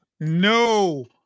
no